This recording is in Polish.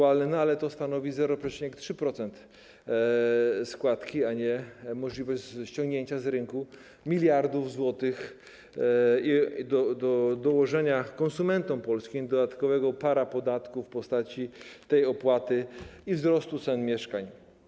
Ale to stanowi 0,3% składki, a nie oznacza możliwości ściągnięcia z rynku miliardów złotych, dołożenia konsumentom polskim dodatkowego parapodatku w postaci tej opłaty i wzrostu cen mieszkań.